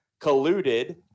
colluded